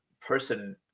person